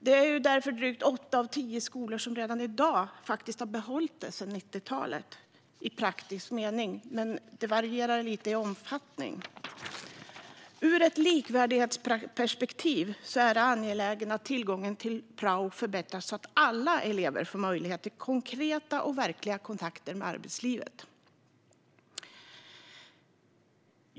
Därför har fler än åtta av tio skolor i praktisk mening behållit prao sedan 90-talet, även om det varierar i omfattning. Ur ett likvärdighetsperspektiv är det angeläget att tillgången till prao förbättras, så att alla elever får möjligheter till konkreta och verkliga kontakter med arbetslivet.